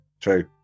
True